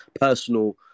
personal